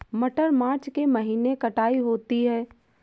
मटर मार्च के महीने कटाई होती है?